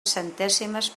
centèsimes